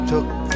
Took